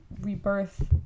rebirth